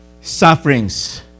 sufferings